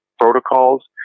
protocols